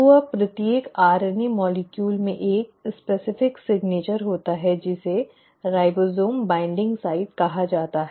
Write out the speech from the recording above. तो अब प्रत्येक आरएनए अणु में एक विशिष्ट हस्ताक्षर होता है जिसे राइबोसोम बाइंडिंग साइट कहा जाता है